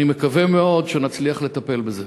אני מקווה מאוד שנצליח לטפל בזה.